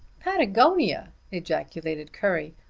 patagonia! ejaculated currie.